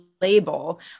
label